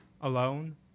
alone